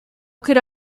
could